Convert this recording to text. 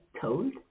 told